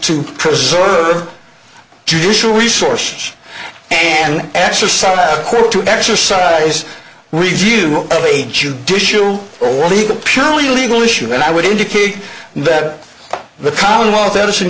to preserve judicial resources and exercise to exercise review of a judicial or legal purely legal issue and i would indicate that the commonwealth edison